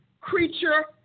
creature